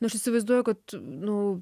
nu aš įsivaizduoju kad nu